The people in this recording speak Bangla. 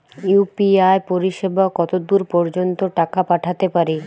ইউ.পি.আই পরিসেবা কতদূর পর্জন্ত টাকা পাঠাতে পারি?